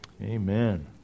Amen